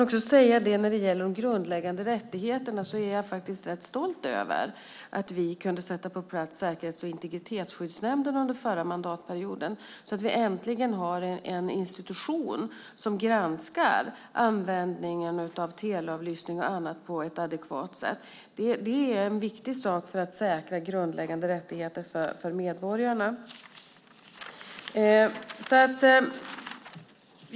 När det gäller de grundläggande rättigheterna är jag rätt stolt över att vi kunde få på plats Säkerhets och integritetsskyddsnämnden under förra mandatperioden, så att vi äntligen har en institution som granskar användningen av teleavlyssning och annat på ett adekvat sätt. Det är en viktig sak för att säkra grundläggande rättigheter för medborgarna.